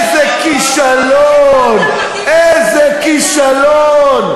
איזה כישלון, איזה כישלון.